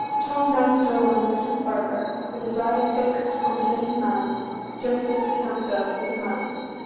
tom now stole on a little further, with his eye fixed on the little man just as a cat does with a mouse.